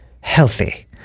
healthy